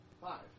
Five